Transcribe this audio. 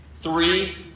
three